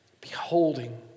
Beholding